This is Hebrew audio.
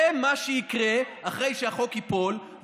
זה מה שיקרה אחרי שהחוק ייפול,